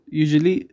usually